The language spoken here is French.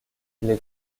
les